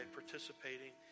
participating